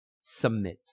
submit